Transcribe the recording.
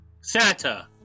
Santa